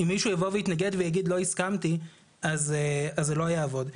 אם מישהו יתנגד ויגיד לא הסכמתי, זה לא יעבוד.